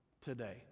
today